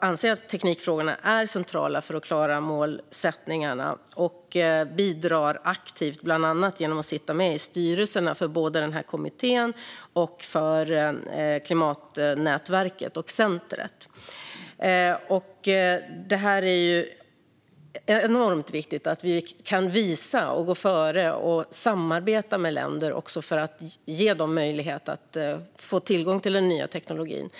anser att teknikfrågorna är centrala för att vi ska klara målsättningarna och bidrar aktivt, bland annat genom att sitta med i styrelserna både för kommittén och för klimatnätverket och centrumet. Det är enormt viktigt att gå före och även samarbeta med länder för att ge dem möjlighet att få tillgång till den nya teknologin.